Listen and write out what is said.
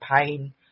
pain